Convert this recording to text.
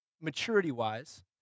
maturity-wise